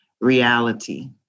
reality